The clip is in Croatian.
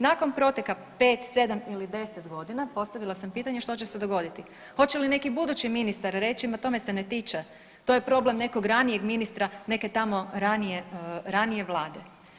Nakon proteka 5, 7 ili 10 godina postavila sam pitanje što će se dogoditi, hoće li neki budući ministar reći ma to me se ne tiče, to je problem nekog ranijeg ministra, neke tamo ranije vlade.